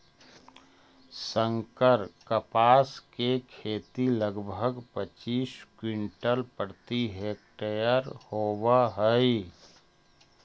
संकर कपास के खेती लगभग पच्चीस क्विंटल प्रति हेक्टेयर होवऽ हई